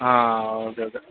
okay okay